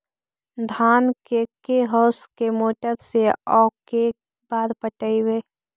धान के के होंस के मोटर से औ के बार पटइबै?